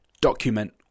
Document